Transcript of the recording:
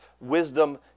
wisdom